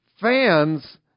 fans